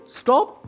stop